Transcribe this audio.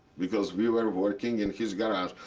because we were working in his garage.